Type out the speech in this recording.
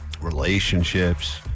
relationships